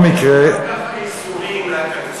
יש לו גם ככה ייסורים מהתקציב.